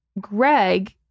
Greg